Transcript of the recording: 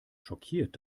schockiert